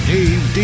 Dave